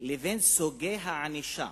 לבין סוגי הענישה,